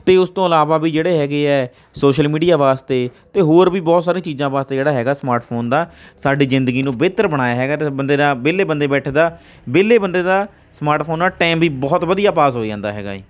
ਅਤੇ ਉਸ ਤੋਂ ਇਲਾਵਾ ਵੀ ਜਿਹੜੇ ਹੈਗੇ ਹੈ ਸੋਸ਼ਲ ਮੀਡੀਆ ਵਾਸਤੇ ਅਤੇ ਹੋਰ ਵੀ ਬਹੁਤ ਸਾਰੀਆਂ ਚੀਜ਼ਾਂ ਵਾਸਤੇ ਜਿਹੜਾ ਹੈਗਾ ਸਮਾਰਟਫੋਨ ਦਾ ਸਾਡੀ ਜ਼ਿੰਦਗੀ ਨੂੰ ਬਿਹਤਰ ਬਣਾਇਆ ਹੈਗਾ ਅਤੇ ਬੰਦੇ ਦਾ ਵਿਹਲੇ ਬੰਦੇ ਬੈਠੇ ਦਾ ਵਿਹਲੇ ਬੰਦੇ ਦਾ ਸਮਾਰਟਫੋਨ ਨਾਲ ਟਾਈਮ ਵੀ ਬਹੁਤ ਵਧੀਆ ਪਾਸ ਹੋ ਜਾਂਦਾ ਹੈਗਾ ਹੈ